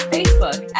Facebook